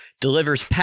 delivers